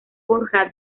borja